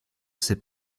ses